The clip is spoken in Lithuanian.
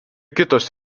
kitos